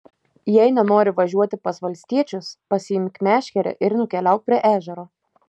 jei nenori važiuoti pas valstiečius pasiimk meškerę ir nukeliauk prie ežero